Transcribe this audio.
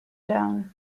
down